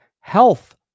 health